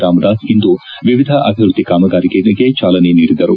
ರಾಮದಾಸ್ ಇಂದು ವಿವಿಧ ಅಭಿವೃದ್ದಿ ಕಾಮಗಾರಿಗಳಿಗೆ ಚಾಲನೆ ನೀಡಿದರು